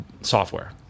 software